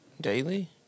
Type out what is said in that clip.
Daily